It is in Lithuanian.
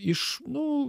iš nu